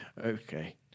Okay